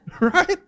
right